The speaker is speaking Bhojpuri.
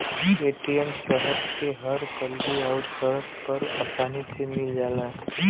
ए.टी.एम शहर के हर गल्ली आउर सड़क पर आसानी से मिल जाला